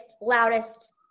loudest